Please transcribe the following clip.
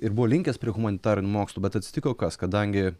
ir buvo linkęs prie humanitarinių mokslų bet atsitiko kas kadangi